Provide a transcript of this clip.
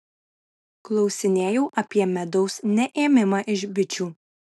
klausinėjau apie medaus neėmimą iš bičių